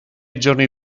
giorni